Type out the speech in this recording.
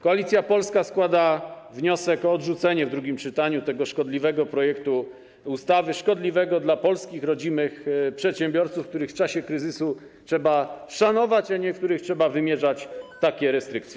Koalicja Polska składa wniosek o odrzucenie w drugim czytaniu tego szkodliwego projektu ustawy, szkodliwego dla polskich, rodzimych przedsiębiorców, których w czasie kryzysu trzeba szanować, a nie wymierzać im takie restrykcje.